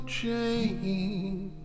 change